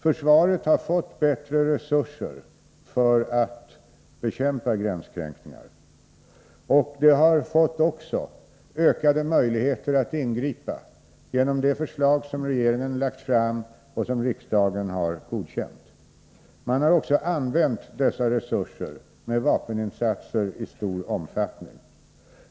Försvaret har fått bättre resurser för att bekämpa gränskränkningar, och man har likaså fått ökade möjligheter att ingripa genom de förslag som regeringen lagt fram och riksdagen godkänt. Man har också använt resurser i form av vapeninsatser i stor omfattning.